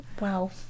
Wow